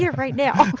yeah right now.